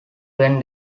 when